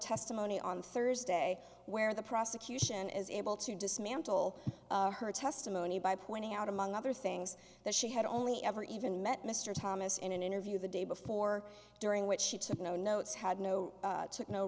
testimony on thursday where the prosecution is able to dismantle her testimony by pointing out among other things that she had only ever even met mr thomas in an interview the day before during which she took no notes had no took no